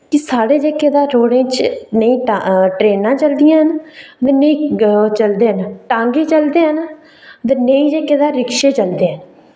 कि साढ़े जेह्के तां रोड़ें च नेईं टा ट्रैनां चलदियां न ते नेईं ओह् चलदे हैन टांगे चलदे हैन ते नेईं जेह्के तां रिक्शे चलदे न